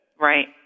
Right